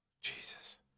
Jesus